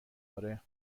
آره